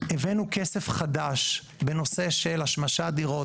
הבאנו כסף חדש בנושא של השמשת דירות,